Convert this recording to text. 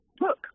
look